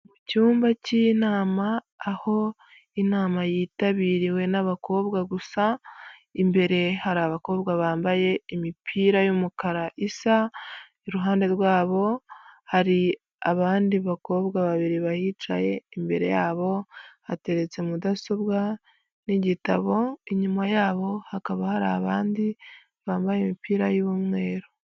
Mu cyumba cy'inama aho inama yitabiriwe n'abakobwa gusa, imbere hari abakobwa bambaye imipira y'umukara, isa iruhande rwabo hari abandi bakobwa babiri bahicaye, imbere yabo bateretse mudasobwa n'igitabo, inyuma yabo hakaba hari abandi bambaye imipira y'umweru.